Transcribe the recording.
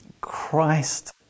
Christ